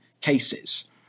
cases